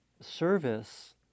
service